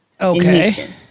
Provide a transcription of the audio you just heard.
Okay